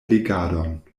legadon